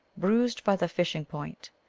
bruised by the fishing point.